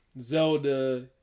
Zelda